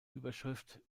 überschrift